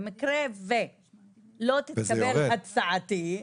במקרה ולא תתקבל הצעתי,